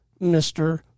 Mr